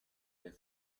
der